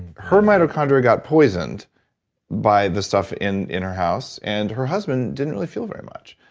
her mitochondria got poisoned by the stuff in in her house and her husband didn't really feel very much.